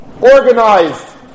organized